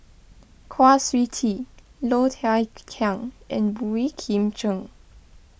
Kwa Siew Tee Low Thia Khiang and Boey Kim Cheng